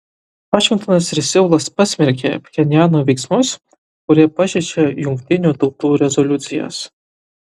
vašingtonas ir seulas pasmerkė pchenjano veiksmus kurie pažeidžia jungtinių tautų rezoliucijas